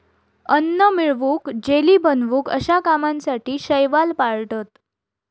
अन्न मिळवूक, जेली बनवूक अश्या कामासाठी शैवाल पाळतत